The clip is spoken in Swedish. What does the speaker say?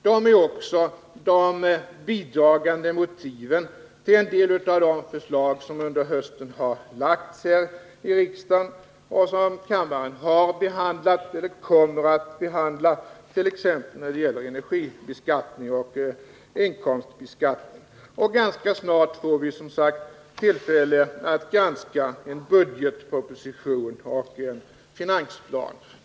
De är också de bidragande motiven till en del av de förslag som under hösten har lagts fram här i riksdagen och som kammaren har behandlat eller kommer att behandla — t.ex. när det gäller energibeskattning och inkomstbeskattning. Ganska snart får vi, som sagt, tillfälle att granska en budgetproposition och en finansplan.